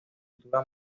cultura